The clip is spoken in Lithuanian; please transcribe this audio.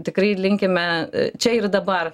tikrai linkime čia ir dabar